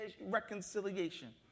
reconciliation